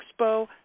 Expo